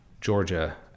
Georgia